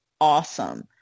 awesome